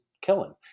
killing